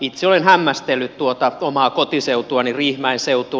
itse olen hämmästellyt tuota omaa kotiseutuani riihimäen seutua